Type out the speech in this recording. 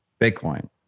bitcoin